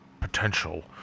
potential